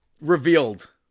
revealed